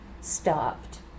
stopped